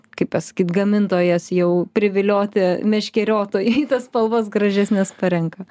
kaip pasakyt gamintojas jau privilioti meškeriotojai tas spalvas gražesnes parenka